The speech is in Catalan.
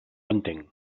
entenc